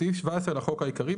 בסעיף 17 לחוק העיקרי,